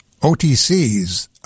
OTCs